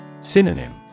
Synonym